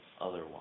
otherwise